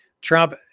Trump